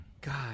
God